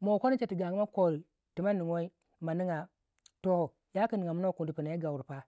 mo kanacha tu gagumo koi tima nuguwai ma nigya toh ya ku niga minuwai teng pina yi gaure pa